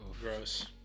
Gross